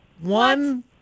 One